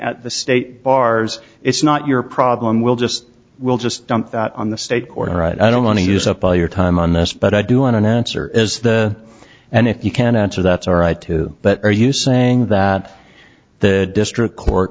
at the state bars it's not your problem we'll just we'll just dump that on the state court or i don't want to use up all your time on this but i do want an answer as the and if you can answer that's all right too but are you saying that the district court